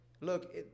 look